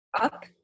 up